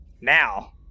Now